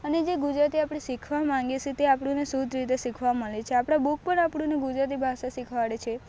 અને જે ગુજરાતી આપણે શીખવા માંગીએ છે તે આપણને શુધ્ધ રીતે શીખવા મળે છે આપણા બુક પણ આપણને ગુજરાતી ભાષા શીખવાડે છે